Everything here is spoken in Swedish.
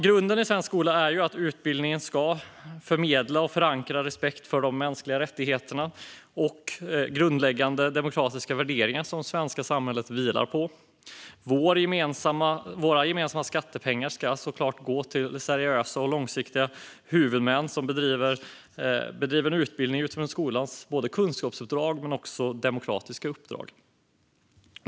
Grunden för svensk skola är att utbildningen ska förmedla och förankra respekt för de mänskliga rättigheterna och de grundläggande demokratiska värderingar som det svenska samhället vilar på. Våra gemensamma skattepengar ska såklart gå till seriösa och långsiktiga huvudmän som bedriver utbildning utifrån skolans kunskapsuppdrag och demokratiska uppdrag.